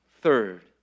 Third